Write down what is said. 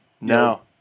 no